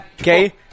okay